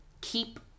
Keep